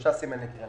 שלושה סימני קריאה,